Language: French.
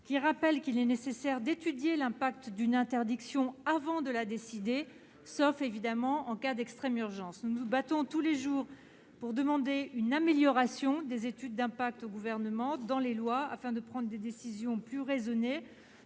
qui rappelle qu'il est nécessaire d'étudier l'impact d'une interdiction avant de la décider, sauf, évidemment, en cas d'extrême urgence. Nous nous battons tous les jours pour demander au Gouvernement une amélioration des études d'impact accompagnant les projets de loi, afin de prendre des décisions plus raisonnées.